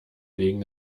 wegen